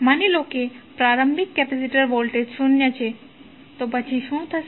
માની લો પ્રારંભિક કેપેસિટર વોલ્ટેજ શૂન્ય છે તો પછી શું થશે